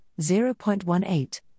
0.18